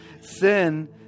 sin